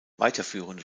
weiterführende